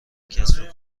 کسب